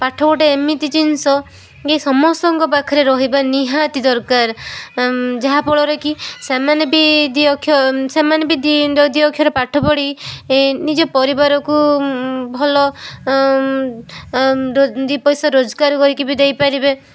ପାଠ ଗୋଟେ ଏମିତି ଜିନିଷ କି ସମସ୍ତଙ୍କ ପାଖେରେ ରହିବା ନିହାତି ଦରକାର ଯାହାଫଳରେ କି ସେମାନେ ବି ଦୁଇ ସେମାନେ ବି ଯେଉଁ ଦୁଇ ଅକ୍ଷର ପାଠ ପଢ଼ି ନିଜ ପରିବାରକୁ ଭଲ ଦୁଇ ପଇସା ରୋଜଗାର କରିକି ବି ଦେଇପାରିବେ